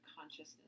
consciousness